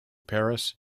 paris